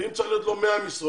אם צריך להיות לו 100 משרות,